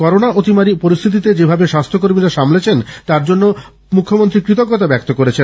corona অতিমারি পরিস্থিতিত যেভাবে স্বাস্থ্যকর্মীরা সামলেছেন তার জন্য মুখ্যমন্ত্রী কৃতজ্ঞতা ব্যক্ত করেছেন